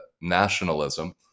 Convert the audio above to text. nationalism